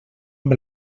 amb